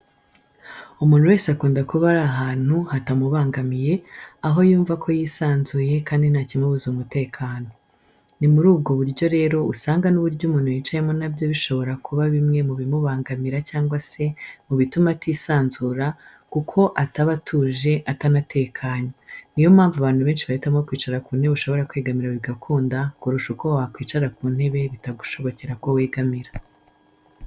Umuntu wese akunda kuba ari ahantu hatamubangamiye, aho yumva ko yisanzuye kandi nta kimubuza umutekano. Ni muri ubwo buryo rero usanga n'uburyo umuntu yicayemo na byo bishobora kuba bimwe mu bimubangamira cyangwa se mu bituma atisanzura kuko ataba atuje atanatekanye. Ni yo mpamvu abantu benshi bahitamo kwicara ku ntebe ushobora kwegamira bigakunda kurusha uko wakwicara ku ntebe bitagushobokera ko wegamira.